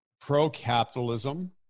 pro-capitalism